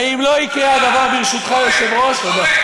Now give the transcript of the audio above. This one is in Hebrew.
ואם לא יקרה הדבר, ברשותך היושב-ראש, תודה.